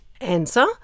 Answer